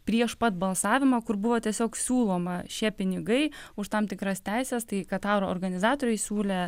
prieš pat balsavimą kur buvo tiesiog siūloma šie pinigai už tam tikras teises tai kataro organizatoriai siūlė